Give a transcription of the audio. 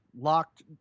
locked